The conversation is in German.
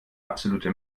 absolute